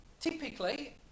typically